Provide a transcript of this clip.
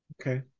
Okay